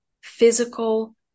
physical